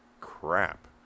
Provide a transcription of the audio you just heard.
crap